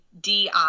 DI